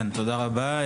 תודה רבה.